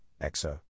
Exo